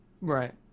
right